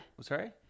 Sorry